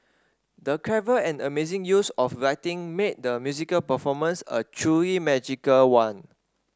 the clever and amazing use of lighting made the musical performance a truly magical one